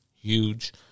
huge